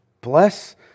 bless